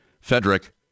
Frederick